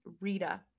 Rita